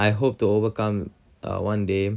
I hope to overcome uh one day